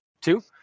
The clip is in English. Two